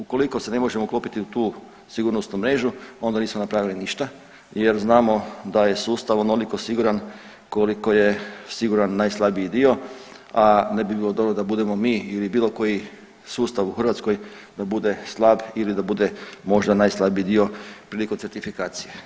Ukoliko se ne možemo uklopiti u tu sigurnosnu mrežu, onda nismo napravili ništa jer znamo da je sustav onoliko siguran koliko je siguran najslabiji dio, a ne bi bilo dobro da budemo mi ili bilo koji sustav u Hrvatskoj, da bude slab ili da bude možda najslabiji dio prilikom certifikacije.